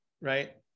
right